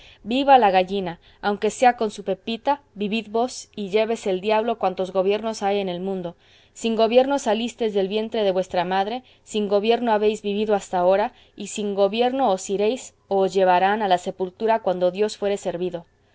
viva la gallina aunque sea con su pepita vivid vos y llévese el diablo cuantos gobiernos hay en el mundo sin gobierno salistes del vientre de vuestra madre sin gobierno habéis vivido hasta ahora y sin gobierno os iréis o os llevarán a la sepultura cuando dios fuere servido